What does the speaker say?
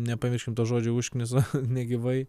nepamiršime to žodžio užknisa negyvai